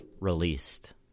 released